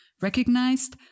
recognized